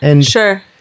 sure